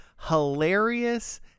hilarious